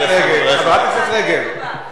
חברת הכנסת רגב,